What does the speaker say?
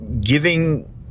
giving